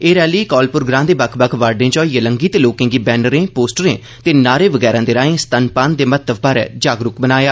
एह् रैली कौलपुर ग्रां दे बक्ख बक्ख वार्डें चा होइयै लंग्घी ते लोके गी बैनरे पोस्टरें ते नारें वगैरा दे राए स्तनपान दे महत्व बारै जागरूक बनाया